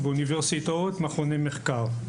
באוניברסיטאות ובמכוני מחקר.